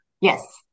yes